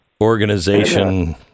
organization